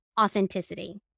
authenticity